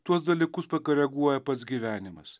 tuos dalykus pakoreguoja pats gyvenimas